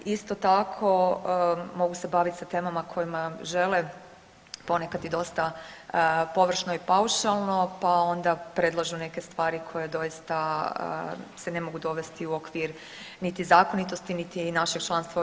Isto tako, mogu se bavit sa temama koje žele, ponekad i dosta površno i paušalno pa onda predlažu neke stvari koje doista se ne mogu dovesti u okvir niti zakonitosti, niti našeg članstva u EU.